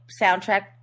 soundtrack